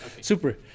Super